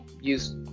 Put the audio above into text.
use